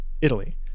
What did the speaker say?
Italy